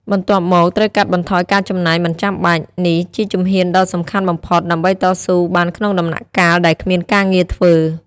បន្ទាប់មក ត្រូវកាត់បន្ថយការចំណាយមិនចាំបាច់ នេះជាជំហានដ៏សំខាន់បំផុតដើម្បីតស៊ូបានក្នុងដំណាក់កាលដែលគ្មានការងារធ្វើ។